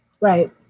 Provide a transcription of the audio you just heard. Right